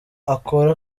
akora